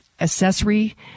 accessory